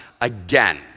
again